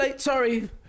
Sorry